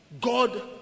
God